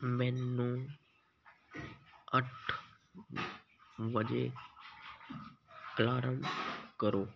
ਮੈਨੂੰ ਅੱਠ ਵਜੇ ਅਲਾਰਮ ਕਰੋ